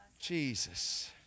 Jesus